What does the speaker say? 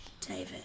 David